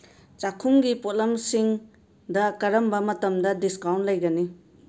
ꯆꯥꯈꯨꯝꯒꯤ ꯄꯣꯠꯂꯝꯁꯤꯡꯗ ꯀꯔꯝꯕ ꯃꯇꯝꯗ ꯗꯤꯁꯀꯥꯎꯟ ꯂꯩꯒꯅꯤ